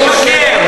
מישהו משקר.